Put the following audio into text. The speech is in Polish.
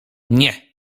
nie